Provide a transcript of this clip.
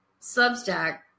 Substack